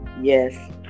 Yes